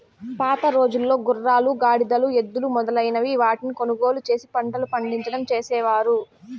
పాతరోజుల్లో గుర్రాలు, గాడిదలు, ఎద్దులు మొదలైన వాటిని కొనుగోలు చేసి పంటలు పండించడం చేసేవారు